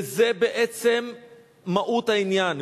וזה בעצם מהות העניין.